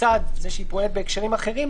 לצד זה שהיא פועלת בהקשרים אחרים,